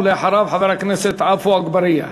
ואחריו, חבר הכנסת עפו אגבאריה.